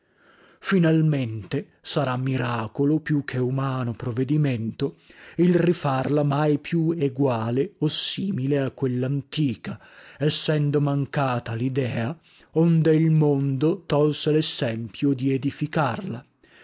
finalmente sarà miracolo più che umano provedimento il rifarla mai più eguale o simile a quellantica essendo mancata lidea onde il mondo tolse lessempio di edificarla